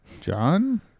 John